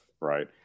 Right